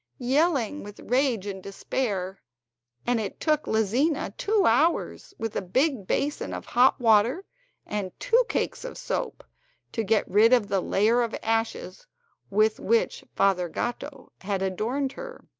yelling with rage and despair and it took lizina two hours with a big basin of hot water and two cakes of soap to get rid of the layer of ashes with which father gatto had adorned her.